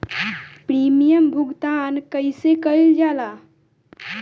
Premium भुगतान कइसे कइल जाला?